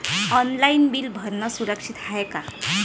Online bill भरनं सुरक्षित हाय का?